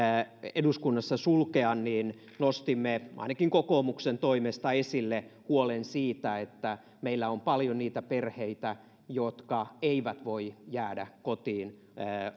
eduskunnassa sulkea nostimme ainakin kokoomuksen toimesta esille huolen siitä että meillä on paljon niitä perheitä jotka eivät voi jäädä kotiin